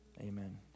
Amen